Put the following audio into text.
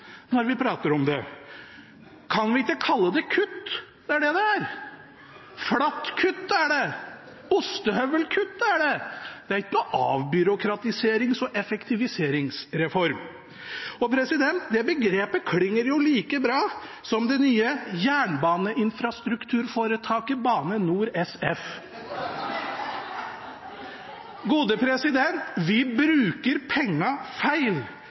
når vi prater om det. Kan vi ikke kalle det kutt? Det er det det er. Flatt kutt er det, ostehøvelkutt er det – det er ikke noen avbyråkratiserings- og effektiviseringsreform. Det begrepet klinger like bra som det nye jernbaneinfrastrukturforetaket Bane NOR SF. Vi bruker pengene feil.